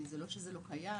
זה לא שזה לא קיים,